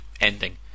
ending